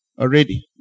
already